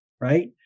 right